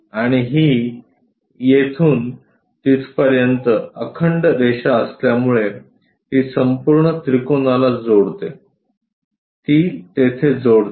आणि ही येथून तिथपर्यंत अखंड रेषा असल्यामुळे ती संपूर्ण त्रिकोणाला जोडते ती तेथे जोडते